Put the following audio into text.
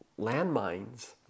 landmines